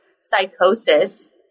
psychosis